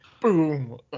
boom